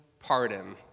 pardon